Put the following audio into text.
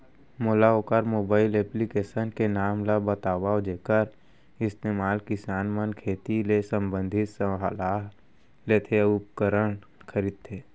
मोला वोकर mobile application के नाम ल बतावव जेखर इस्तेमाल किसान मन खेती ले संबंधित सलाह लेथे अऊ उपकरण खरीदथे?